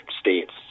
states